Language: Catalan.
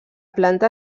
planta